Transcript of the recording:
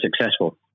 successful